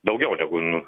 daugiau negu